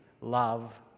love